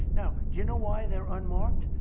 now, do you know why they're unmarked?